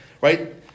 right